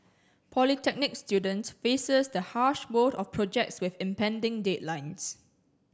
polytechnic student faces the harsh world of projects with impending deadlines